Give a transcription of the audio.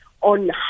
on